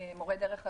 למורי דרך אקדמאיים,